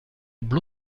blu